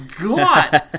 God